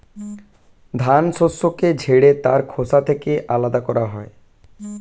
ধান শস্যকে ঝেড়ে তার খোসা থেকে আলাদা করা হয়